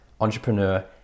entrepreneur